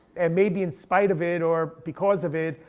and maybe in spite of it, or because of it,